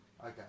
Okay